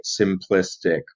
simplistic